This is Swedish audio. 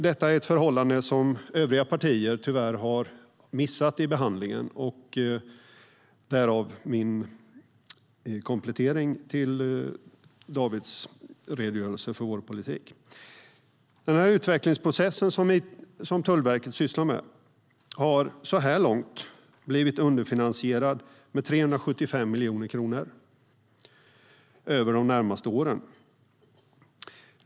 Det är ett förhållande som övriga partier tyvärr missat i behandlingen, därav min komplettering till Davids redogörelse för vår politik. Den utvecklingsprocess som Tullverket arbetar med har, så här långt, blivit underfinansierad med 375 miljoner kronor över de närmaste åren.